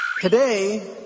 Today